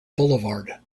boulevard